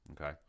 Okay